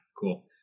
cool